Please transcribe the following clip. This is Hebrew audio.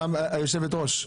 יושבת הראש,